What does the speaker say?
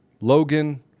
Logan